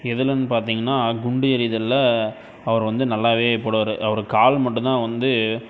எதுலன்னு பார்த்திங்கனா குண்டு எறிதலில் அவர் வந்து நல்லாவே போடுவார் அவருக்கு கால் மட்டும் தான் வந்து